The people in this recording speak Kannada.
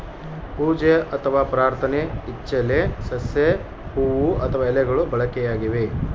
ಪೂಜೆ ಅಥವಾ ಪ್ರಾರ್ಥನೆ ಇಚ್ಚೆಲೆ ಸಸ್ಯ ಹೂವು ಅಥವಾ ಎಲೆಗಳು ಬಳಕೆಯಾಗಿವೆ